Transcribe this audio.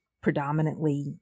predominantly